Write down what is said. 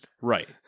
Right